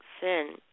sin